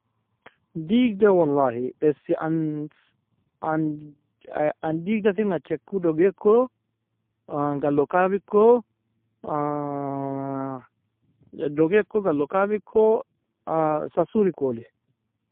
Digda wallahi, bessi an an digdakir nacheku, doge ko, galokabi ko, doge ko, galokabi ko, sasur ikolli.